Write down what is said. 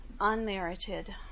unmerited